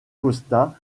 costa